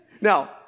Now